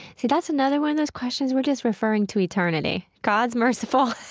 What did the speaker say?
see that's another one of those questions. we're just referring to eternity. god's merciful.